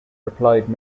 replied